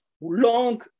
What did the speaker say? long